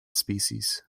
species